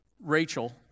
Rachel